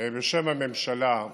בשם הממשלה.